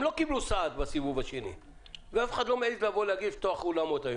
הם לא קיבלו סעד בגל השני ואף אחד לא מעז להגיד היום שיש לפתוח אולמות.